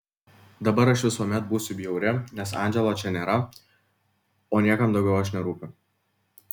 dabar aš visuomet būsiu bjauri nes andželo čia nėra o niekam daugiau aš nerūpiu